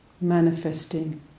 manifesting